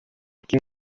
ким